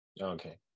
okay